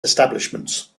establishments